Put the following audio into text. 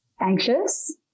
anxious